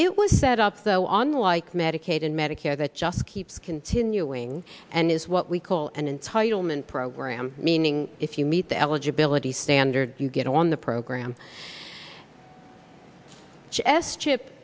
it was set up though on like medicaid and medicare that just keeps continuing and is what we call an entitlement program meaning if you meet the eligibility standard you get on the program chesed chip